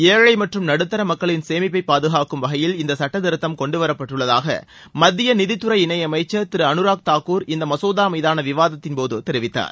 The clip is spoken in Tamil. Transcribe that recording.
ஏழை மற்றும் நடுத்தர மக்களின் சேமிப்பை பாதுகாக்கும் வகையில் இந்த சட்ட திருத்தம் கொண்டு வரப்பட்டுள்ளதாக மத்திய நிதித்துறை இணையமைச்சர் திரு அனுராக் தாக்கூர் இந்த மசோதா மீதான விவாத்தின் போது தெரிவித்தார்